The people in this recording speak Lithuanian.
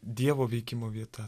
dievo veikimo vieta